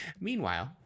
Meanwhile